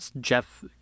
Jeff